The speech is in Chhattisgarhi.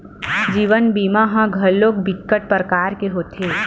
जीवन बीमा ह घलोक बिकट परकार के होथे